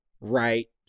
Right